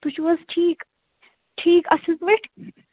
تُہۍ چھِو حظ ٹھیٖک ٹھیٖک اصل پٲٹھۍ